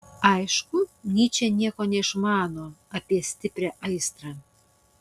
aišku nyčė nieko neišmano apie stiprią aistrą